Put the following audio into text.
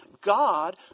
God